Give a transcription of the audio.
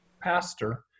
pastor